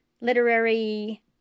literary